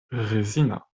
rezina